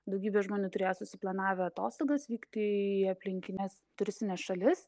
daugybė žmonių turėjo susiplanavę atostogas vykti į aplinkines turistines šalis